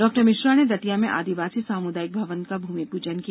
doctor Mishra ने दतिया में आदिवासी सामुदायिक भवन का भूमिपूजन किया